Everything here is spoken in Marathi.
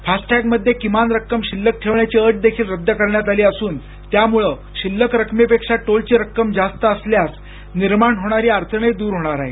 फास्ट टॅग मध्ये किमान रक्कम शिल्लक ठेवण्याची अट देखील रद्द करण्यात आली असून त्यामूळं शिल्लक रकमेपेक्षा टोलची रक्कम जास्त असल्यास निर्माण होणारी अडचणही दूर होणार आहे